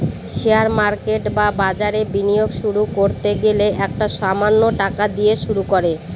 share market বা বাজারে বিনিয়োগ শুরু করতে গেলে একটা সামান্য টাকা দিয়ে শুরু করো